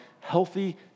healthy